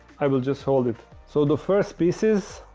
i will just hold it. so the first species,